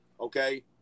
okay